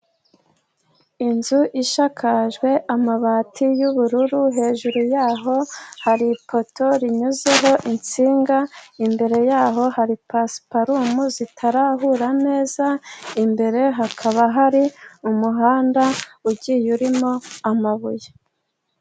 Inzu isakakajwe amabati yubururu, hejuru yaho hari ipoto rinyuzeho insinga. Imbere yaho hari pasiparumu zitarahura neza, imbere hakaba hari umuhanda ugiye urimo amabuye.